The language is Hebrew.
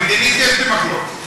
מדינית יש לי מחלוקת.